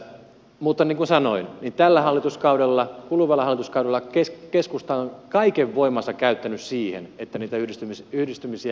mutta niin kuin sanoin niin tällä hallituskaudella kuluvalla hallituskaudella keskusta on kaiken voimansa käyttänyt siihen että niitä yhdistymisiä myöskään ei toteutuisi